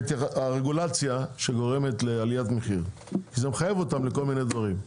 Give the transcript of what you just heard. הרגולציה שגורמת לעליית מחיר וזה מחייב אותם לכל מיני דברים,